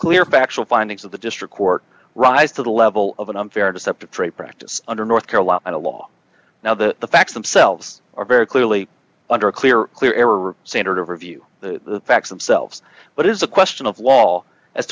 clear factual findings of the district court rise to the level of an unfair deceptive trade practice under north carolina law now the facts themselves are very clearly under clear clear error or standard of review the facts themselves but it is a question of law as